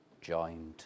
joined